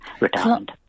retirement